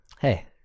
Hey